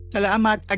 Salamat